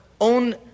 own